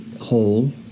hole